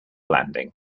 landing